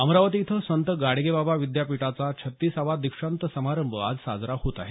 अमरावती इथं संत गाडगेबाबा विद्यापीठाचा छत्तीसावा दीक्षांत समारंभ आज साजरा होत आहे